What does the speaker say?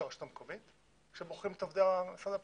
הרשות המקומית שבוחרים את עובדי משרד הפנים?